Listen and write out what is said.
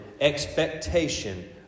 expectation